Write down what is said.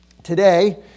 Today